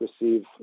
receive